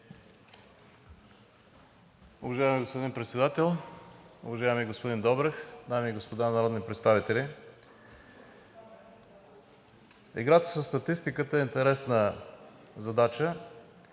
Уважаеми господин Председател, уважаеми господин Добрев, дами и господа народни представители! Играта със статистиката е интересна задача